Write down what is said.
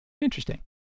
Interesting